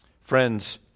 Friends